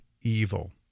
evil